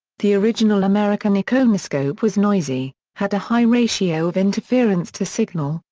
the original american iconoscope was noisy, had a high ratio of interference to signal,